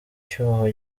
cyuho